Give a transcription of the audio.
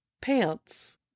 Pants